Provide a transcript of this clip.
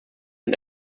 und